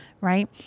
right